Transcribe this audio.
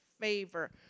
favor